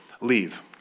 leave